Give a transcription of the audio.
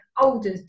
older